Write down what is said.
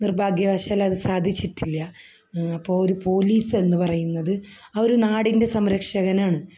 നിർഭാഗ്യവശാൽ അത് സാധിച്ചിട്ടില്ല അപ്പോൾ ഒരു പോലീസ് എന്ന് പറയുന്നത് ആ ഒരു നാട്ടിൻ്റെ സംരക്ഷകനാണ്